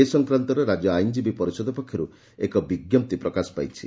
ଏ ସଂକ୍ରାନ୍ତରେ ରାଜ୍ୟ ଆଇନଜୀବୀ ପରିଷଦ ପକ୍ଷର୍ ଏକ ବିଙ୍କପ୍ତି ପ୍ରକାଶ ପାଇଛି